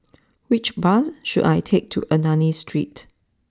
which bus should I take to Ernani Street